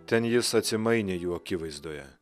ten jis atsimainė jų akivaizdoje